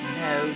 no